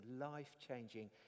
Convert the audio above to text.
life-changing